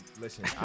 listen